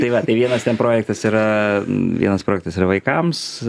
tai va tai vienas ten projektas yra vienas projektas yra vaikams